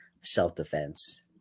self-defense